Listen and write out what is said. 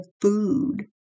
food